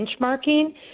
benchmarking